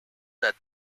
that